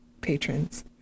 patrons